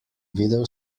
videl